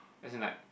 as in like